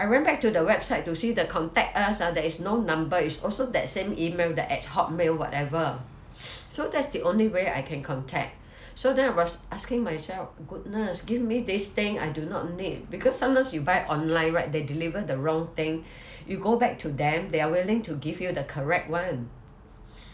I went back to the website to see the contact us ah there is no number is also that same email the at hotmail whatever so that's the only way I can contact so then I was asking myself goodness give me this thing I do not need because sometimes you buy online right they deliver the wrong thing you go back to them they are willing to give you the correct one